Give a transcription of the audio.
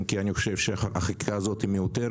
אם כי אני חושב שהחקיקה הזאת מיותרת.